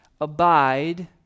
abide